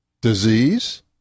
disease